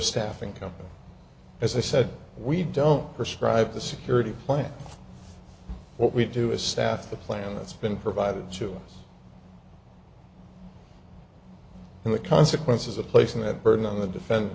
staffing company as i said we don't prescribe the security plan what we do is staff the plan that's been provided to us and the consequences of placing that burden on the defen